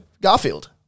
Garfield